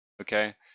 okay